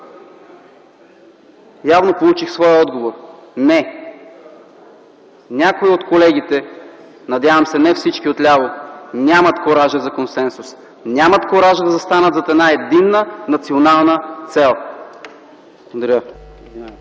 явно получих своя отговор – не! Някои от колегите, надявам се не всички отляво, нямат куража за консенсус, нямат куража да застанат зад една единна национална цел. Благодаря.